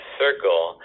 circle